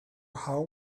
how